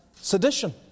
sedition